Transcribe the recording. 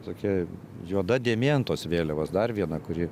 tokia juoda dėmė ant tos vėliavos dar viena kuri